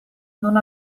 non